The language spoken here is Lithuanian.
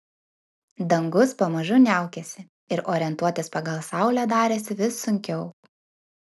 dangus pamažu niaukėsi ir orientuotis pagal saulę darėsi vis sunkiau